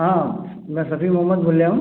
हाँ मैं सफ़ी मोहम्मद बोल रहा हूँ